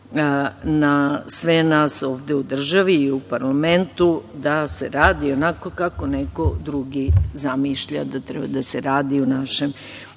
na sve nas ovde u državi i u parlamentu da se radi onako kako neko drugi zamišlja da treba da se radi u našem